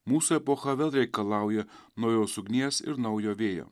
mūsų epocha vėl reikalauja naujos ugnies ir naujo vėjo